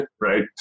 right